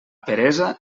peresa